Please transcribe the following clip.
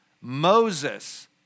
Moses